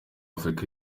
afurika